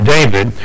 David